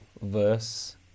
verse